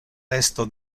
resto